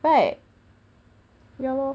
right ya lor